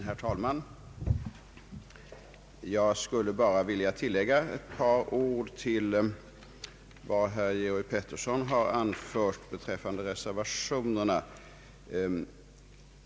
Herr talman! Jag skulle bara vilja tillägga ett par ord till vad herr Georg Pettersson har anfört beträffande reservationerna.